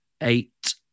eight